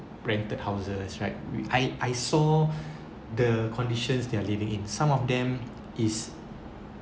rented houses right I saw the conditions they are living in some of them is